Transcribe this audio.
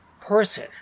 person